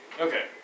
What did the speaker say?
Okay